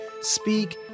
speak